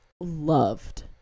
loved